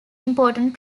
important